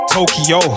Tokyo